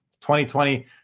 2020